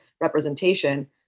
representation